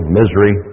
misery